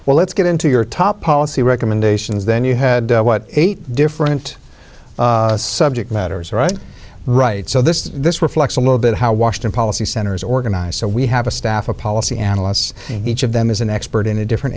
well let's get into your top policy recommendations then you had what eight different subject matters right right so this is this reflects a little bit how washington policy center is organized so we have a staff of policy analysts each of them is an expert in a different